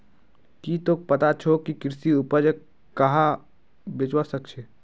की तोक पता छोक के कृषि उपजक कुहाँ बेचवा स ख छ